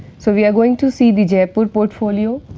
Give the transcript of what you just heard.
so we are going to see the jeypore portfolio,